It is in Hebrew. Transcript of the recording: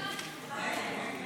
לאזרח ותיק)